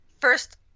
First